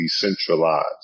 decentralized